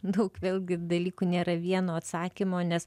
daug vėlgi dalykų nėra vieno atsakymo nes